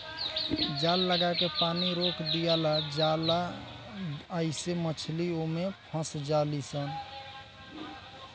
जाल लागा के पानी रोक दियाला जाला आइसे मछली ओमे फस जाली सन